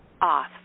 off